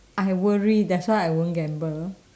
I worry that's why I won't gamble